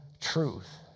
truth